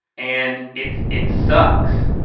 and it's it's sucks,